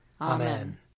Amen